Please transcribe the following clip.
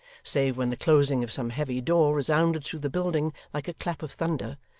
save when the closing of some heavy door resounded through the building like a clap of thunder,